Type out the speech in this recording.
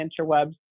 interwebs